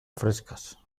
frescas